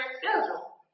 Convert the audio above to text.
schedule